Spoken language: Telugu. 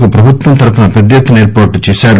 కు ప్రభుత్వం తరపున పెద్ద ఎత్తున ఏర్పాట్లు చేశారు